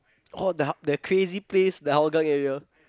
oh the that crazy place the Hougang area